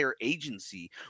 agency